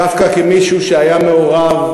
דווקא כמישהו שהיה מעורב,